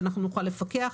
כדי שאנחנו נוכל לפקח,